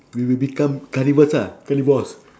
we will become cannibals lah carnivores